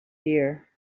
fear